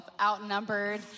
outnumbered